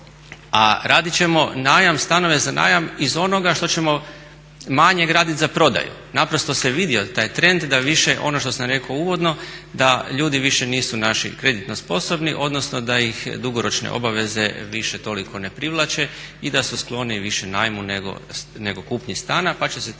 A radit ćemo stanove za najam iz onoga što ćemo manje graditi za prodaju. Naprosto se vidio taj trend da više ono što sam rekao uvodno da ljudi više nisu naši kreditno sposobni, odnosno da ih dugoročne obveze više toliko ne privlače i da su skloni više najmu nego kupnji stana pa će se ta